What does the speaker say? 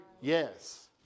yes